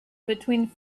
between